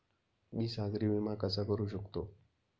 मी सागरी विमा कसा करू शकतो?